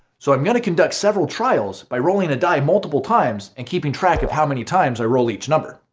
so i'm gonna conduct several trials by rolling a die multiple times and keeping track of how many times i roll each number.